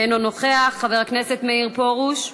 אינו נוכח, חבר הכנסת מאיר פרוש,